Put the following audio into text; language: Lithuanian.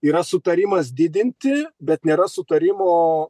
yra sutarimas didinti bet nėra sutarimo